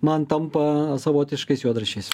man tampa savotiškais juodraščiais